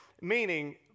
Meaning